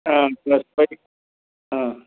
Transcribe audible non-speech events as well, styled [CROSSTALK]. [UNINTELLIGIBLE]